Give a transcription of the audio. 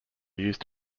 used